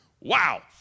Wow